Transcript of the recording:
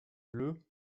bleu